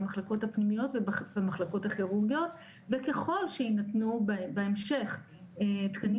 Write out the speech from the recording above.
במחלקות הפנימיות ובמחלקות הכירורגיות וככל שיינתנו בהמשך תקנים